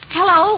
Hello